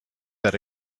that